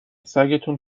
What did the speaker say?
سگتون